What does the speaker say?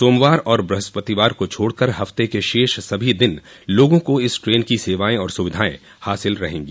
सोमवार और वृहस्पतिवार को छोड़कर हफ्ते के शेष सभी दिन लोगा को इस ट्रेन की सेवायें और सुविधायें हासिल रहेंगी